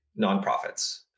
nonprofits